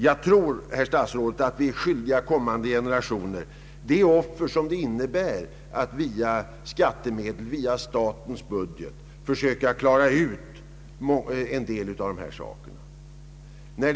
Men, herr statsråd, vi är skyldiga kommande generationer de offer som det innebär att via statsbudgeten klara av detta underhåll!